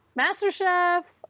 MasterChef